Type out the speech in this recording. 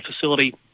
facility